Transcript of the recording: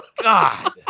God